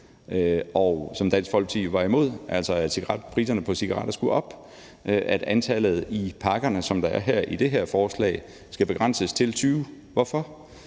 som Dansk Folkeparti jo var imod, altså at priserne på cigaretter skulle op, og at antallet i pakkerne, som det er i det her forslag, skal begrænses til 20. Hvorfor?